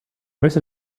möchte